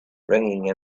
ringing